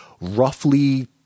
roughly